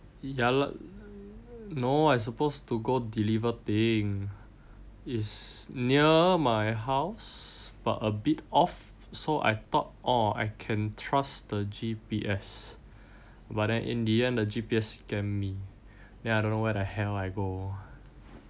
ya lah no I supposed to go deliver thing is near my house but a bit off so I thought orh I can trust the G_P_S but then in the end the G_P_S scam me then I don't know where the hell I go